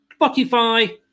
spotify